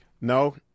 No